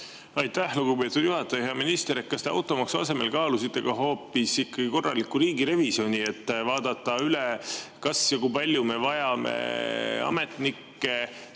Aitäh, lugupeetud juhataja! Hea minister! Kas te automaksu asemel kaalusite ka hoopis korralikku riigirevisjoni, et vaadata üle, kas või kui palju me vajame ametnikke,